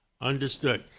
Understood